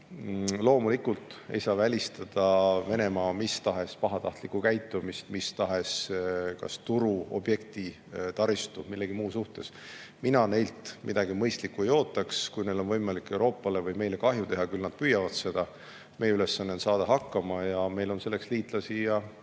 Loomulikult ei saa välistada Venemaa mis tahes pahatahtlikku käitumist mis tahes turu, objekti, taristu või millegi muu vastu. Mina neilt midagi mõistlikku ei ootaks. Kui neil on võimalik Euroopale või meile kahju teha, küll nad püüavad seda. Meie ülesanne on saada hakkama ja meil on selleks liitlasi